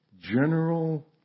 general